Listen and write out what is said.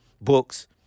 books